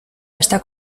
está